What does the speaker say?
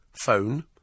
phone